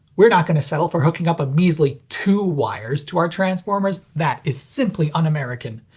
we're not gonna settle for hooking up a measly two wires to our transformers. that is simply unamerican.